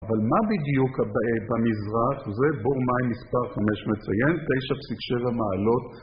אבל מה בדיוק במזרח, זה בור מים מספר 5 מציין, 9.7 מעלות